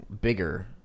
bigger